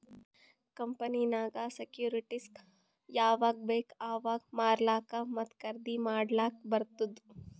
ಕಂಪನಿನಾಗಿಂದ್ ಸೆಕ್ಯೂರಿಟಿಸ್ಗ ಯಾವಾಗ್ ಬೇಕ್ ಅವಾಗ್ ಮಾರ್ಲಾಕ ಮತ್ತ ಖರ್ದಿ ಮಾಡ್ಲಕ್ ಬಾರ್ತುದ್